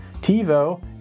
TiVo